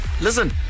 listen